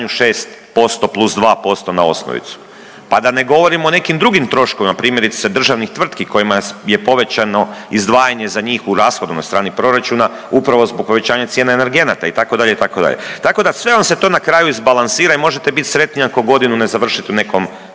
6% plus 2% na osnovicu. Pa da ne govorim o nekim drugim troškovima, primjerice državnih tvrtki kojima je povećano izdvajanje za njih u rashodovnoj strani proračuna upravo zbog povećanja cijena energenata itd., itd., tako da sve vam se to na kraju izbalansira i možete bit sretni ako godinu ne završite u nekom